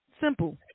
simple